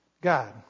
God